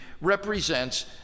represents